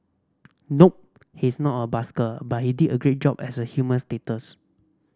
nope he's not a busker but he did a great job as a human status